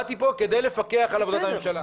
באתי לפה כדי לפקח על עבודת הממשלה,